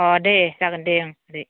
अ दे जागोन दे ओं दे